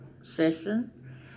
session